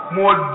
more